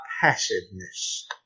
passiveness